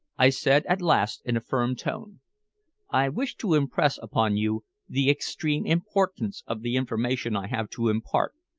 i said at last in a firm tone i wish to impress upon you the extreme importance of the information i have to impart,